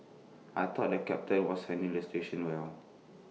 I thought the captain was handling the situation well